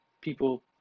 people